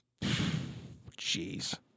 Jeez